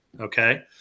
Okay